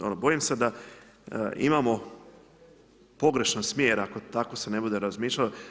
Ono bojim se da imamo pogrešan smjer ako tako se ne bude razmišljalo.